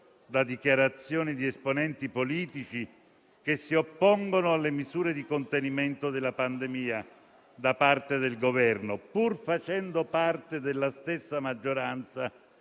da dichiarazioni di esponenti politici che si oppongono alle misure di contenimento della pandemia da parte del Governo, pur facendo parte della stessa maggioranza